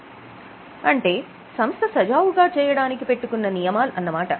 అంటే సంస్థ సజావుగా పని చేయడానికి పెట్టుకున్న నియమాలు అన్నమాట